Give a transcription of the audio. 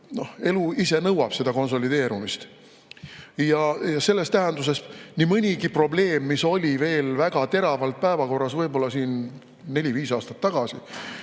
et elu ise nõuab seda konsolideerumist. Selles mõttes nii mõnigi probleem, mis oli väga teravalt päevakorras võib-olla neli-viis aastat tagasi,